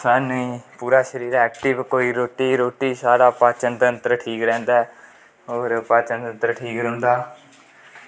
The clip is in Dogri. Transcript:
शैल पूरा शरीर ऐक्टिब कोई रुट्टी रट्टी साढ़ा पाचन तंत्र ठीक रैंह्दा ऐ और पाचन तंत्र ठीक रौंह्दा